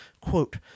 quote